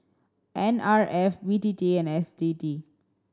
N R F B T T and S T T